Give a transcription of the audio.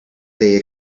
they